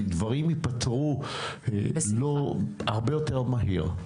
כי דברים יפתרו הרבה יותר מהיר.